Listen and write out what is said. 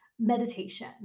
meditation